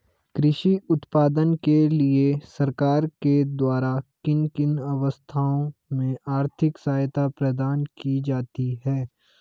कृषि उत्पादन के लिए सरकार के द्वारा किन किन अवस्थाओं में आर्थिक सहायता प्रदान की जाती है?